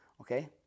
Okay